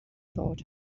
thought